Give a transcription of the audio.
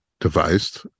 devised